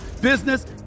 business